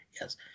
yes